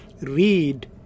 read